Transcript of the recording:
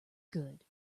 good